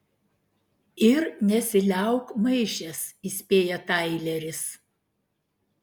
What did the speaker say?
ir nesiliauk maišęs įspėja taileris